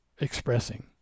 expressing